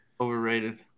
Overrated